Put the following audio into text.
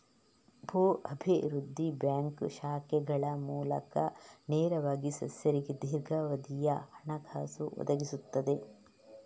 ಭೂ ಅಭಿವೃದ್ಧಿ ಬ್ಯಾಂಕ್ ಶಾಖೆಗಳ ಮೂಲಕ ನೇರವಾಗಿ ಸದಸ್ಯರಿಗೆ ದೀರ್ಘಾವಧಿಯ ಹಣಕಾಸು ಒದಗಿಸುತ್ತದೆ